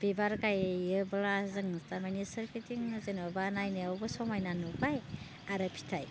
बिबार गायोब्ला जों थारमाने सोरगिदिं जेनेबा नायनायावबो समायना नुबाय आरो फिथाइ